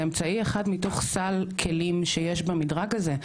זה אמצעי אחד מתוך סל כלים שיש במדרג הזה.